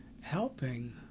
helping